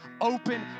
open